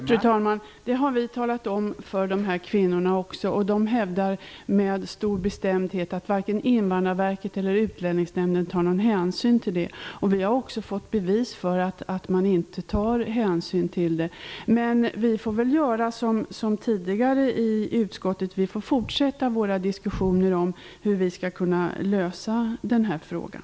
Fru talman! Vi har talat om det för dessa kvinnor, och de hävdar med stor bestämdhet att varken Invandrarverket eller Utlänningsnämnden tar någon hänsyn till det. Vi har också fått bevis för att man inte tar hänsyn till det. Men vi får väl i utskottet göra som tidigare, dvs. fortsätta våra diskussioner om hur vi skall kunna lösa den här frågan.